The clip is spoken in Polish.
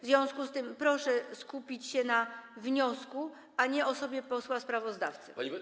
W związku z tym proszę skupić się na wniosku, a nie osobie posła sprawozdawcy.